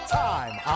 time